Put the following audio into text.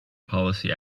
policy